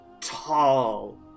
tall